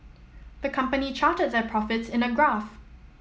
the company charted their profits in a graph